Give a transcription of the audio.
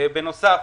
בנוסף,